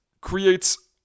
creates